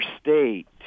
state